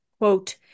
quote